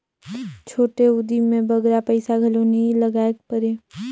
छोटे उदिम में बगरा पइसा घलो नी लगाएक परे